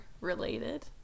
related